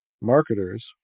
Marketers